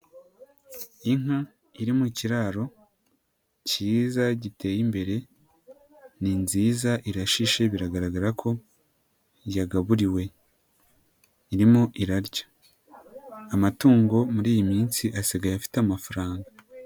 Inka iri mu kiraro kiza giteye imbere, ni nziza irashishe biragaragara ko yagaburiwe irimo irarya, amatungo muri iyi minsi asigaye afite amafaranga.